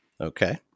Okay